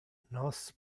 nos